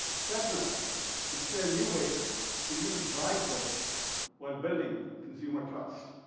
chetna will share new ways for you to drive growth while building consumer trust.